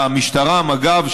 למשטרה ולמג"ב,